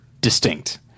distinct